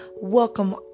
Welcome